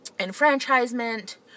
enfranchisement